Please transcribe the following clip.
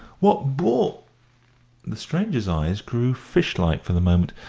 what brought the stranger's eyes grew fish-like for the moment.